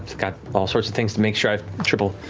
got all sorts of things to make sure i've triple-packed.